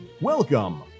Welcome